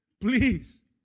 please